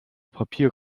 papier